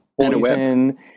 poison